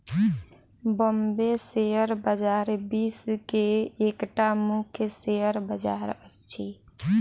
Bombay share बजार विश्व के एकटा मुख्य शेयर बजार अछि